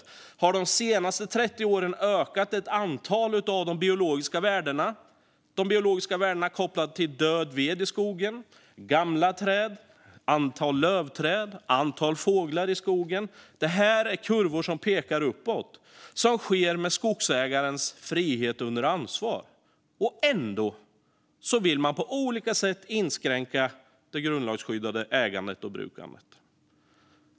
De har de senaste 30 åren ökat ett antal av de biologiska värdena kopplat till död ved i skogen, till gamla träd, till antal lövträd och till antal fåglar i skogen. Detta är kurvor som pekar uppåt, och det sker med hjälp av skogsägarens frihet under ansvar. Ändå vill man på olika sätt inskränka det grundlagsskyddade ägandet och brukandet.